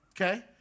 Okay